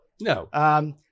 No